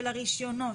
של הרישיונות,